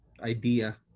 idea